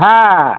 हाँ